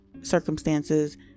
circumstances